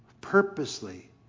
purposely